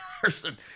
person